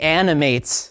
animates